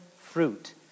fruit